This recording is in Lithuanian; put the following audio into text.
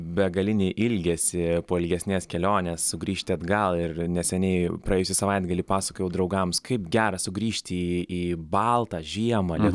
begalinį ilgesį po ilgesnės kelionės sugrįžti atgal ir neseniai praėjusį savaitgalį pasakojau draugams kaip gera sugrįžti į baltą žiemą